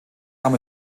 kam